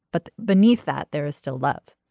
but beneath that there is still love